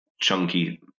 chunky